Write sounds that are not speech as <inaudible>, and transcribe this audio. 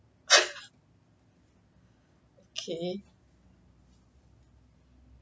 <laughs> okay